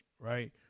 Right